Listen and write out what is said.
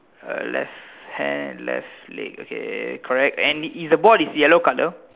a left hand and left leg okay correct and is his board yellow colour